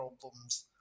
problems